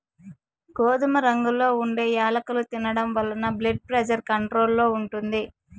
గోధుమ రంగులో ఉండే యాలుకలు తినడం వలన బ్లెడ్ ప్రెజర్ కంట్రోల్ లో ఉంటుంది